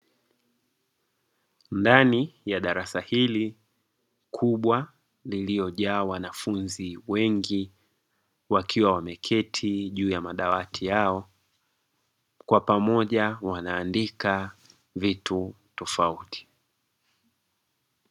Ndani ya darasa hili kubwa lililojaa wanafunzi wengi wakiwa wameketi juu ya madawati yao, kwa pamoja wanaandika vitu tofauti.